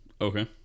Okay